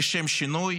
לשם שינוי,